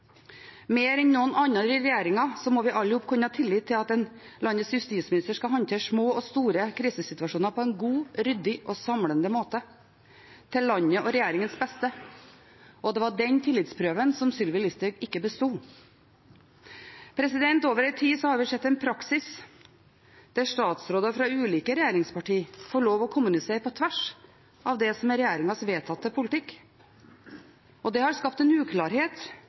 Mer enn noen annen i regjeringen må vi alle kunne ha tillit til at landets justisminister skal håndtere små og store krisesituasjoner på en god, ryddig og samlende måte – til landets og regjeringens beste. Det var den tillitsprøven Sylvi Listhaug ikke besto. Over tid har vi sett en praksis der statsråder fra ulike regjeringspartier får lov til å kommunisere på tvers av det som er regjeringens vedtatte politikk. Det har skapt en uklarhet